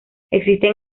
existen